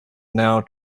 now